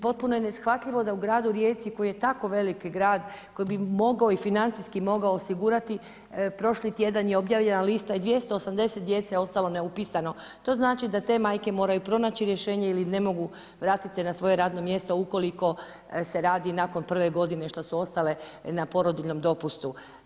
Potpuno je neshvatljivo da u gradu Rijeci koji je tako veliki grad, koji bi mogao i financijski osigurati, prošli tjedan je objavljena lista i 280 djece je ostalo neupisano, to znači da te majke moraju pronaći rješenje ili ne mogu vratit se na svoje radno mjesto ukoliko se radi nakon prve godine šta su ostale na porodiljnom dopustu.